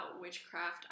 witchcraft